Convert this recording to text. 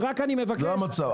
זה המצב.